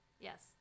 Yes